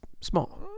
small